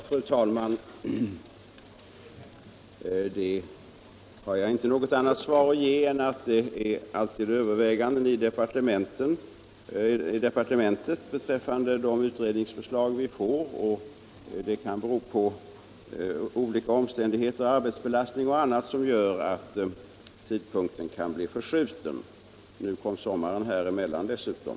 Fru talman! På den frågan har jag inte något annat svar att ge än att det alltid är överväganden i departementet beträffande de utredningsförslag vi får. Det kan vara olika omständigheter — arbetsbelastning och annat — som gör att tidpunkten kan bli förskjuten. Nu kom dessutom sommaren emellan.